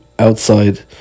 outside